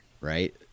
right